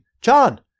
John